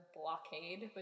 blockade